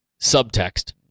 subtext